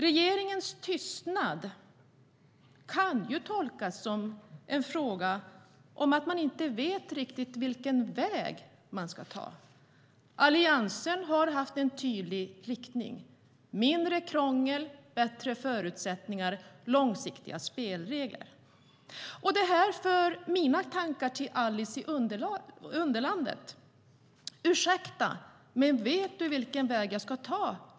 Regeringens tystnad kan tolkas som att man inte riktigt vet vilken väg man ska ta. Alliansen har däremot haft en tydlig riktning mot mindre krångel, bättre förutsättningar och långsiktiga spelregler. Regeringens hållning för mina tankar till Alice i Underlandet.- Ursäkta, men vet du vilken väg jag ska ta?